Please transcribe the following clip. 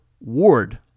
Ward